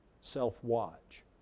self-watch